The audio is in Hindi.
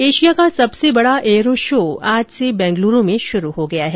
एशिया का सबसे बड़ा एयरो शो आज से बेंगलुरू में शुरू हो गया है